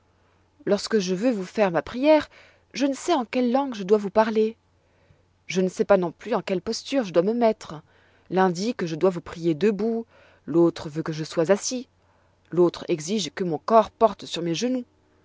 lorsque je veux vous faire ma prière je ne sais en quelle langue je dois vous parler je ne sais pas non plus en quelle posture je dois me mettre l'un dit que je dois vous prier debout l'autre veut que je sois assis l'autre exige que mon corps porte sur mes genoux